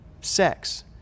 sex